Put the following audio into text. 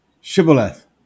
Shibboleth